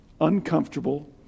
uncomfortable